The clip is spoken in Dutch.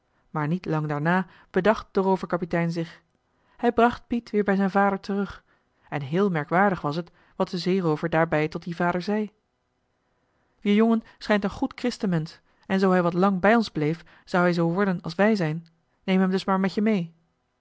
maar niet lang daarna bedacht de rooverkapitein zich hij bracht piet weer bij zijn vader terug en heel merkwaardig was het wat de zeerover daarbij tot dien vader zei je jongen schijnt een goed christenmensch en zoo hij wat lang bij ons bleef zou hij zoo worden als wij zijn neem hem dus maar met je mee